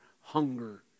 hunger